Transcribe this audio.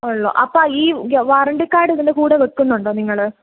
ഉളളൂ അപ്പോൾ ഈ വാറണ്ടി കാർഡ് ഇതിൻ്റെ കൂടെ വെക്കുന്നുണ്ടോ നിങ്ങൾ